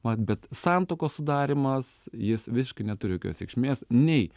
vat bet santuokos sudarymas jis visiškai neturi jokios reikšmės nei